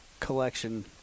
collection